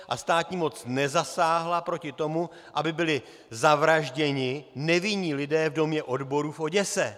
A státní moc nezasáhla proti tomu, aby byli zavražděni nevinní lidé v Domě odborů v Oděse.